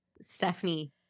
Stephanie